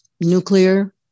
nuclear